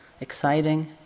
exciting